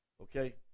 Okay